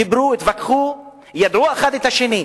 דיברו, התווכחו, יידעו אחד את השני.